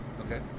Okay